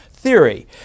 theory